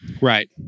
Right